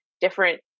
different